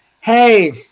Hey